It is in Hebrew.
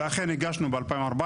אכן הגשנו ב-2014,